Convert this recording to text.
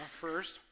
first